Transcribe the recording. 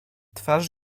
twarz